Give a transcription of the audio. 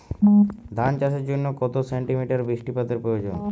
ধান চাষের জন্য কত সেন্টিমিটার বৃষ্টিপাতের প্রয়োজন?